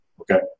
okay